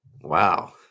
Wow